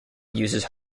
uses